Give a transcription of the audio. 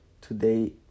today